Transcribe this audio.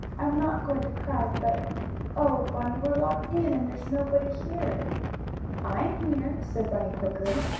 i'm not going to cry, but oh, bunny, we're locked in, and there's nobody here i'm here! said bunny quickly.